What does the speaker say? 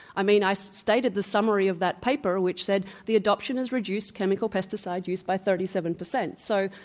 i mean, i stated the summary of that paper which said the adoption has reduced chemical pesticide use by thirty seven percent. so